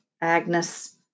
Agnes